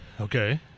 Okay